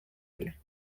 elle